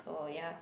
so yeah